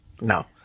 No